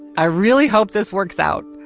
i really hope this works out.